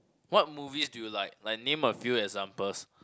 what movies do you like like name a few examples